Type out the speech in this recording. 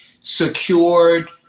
secured